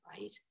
right